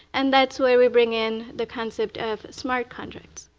and that's where we bring in the concept of smart contracts.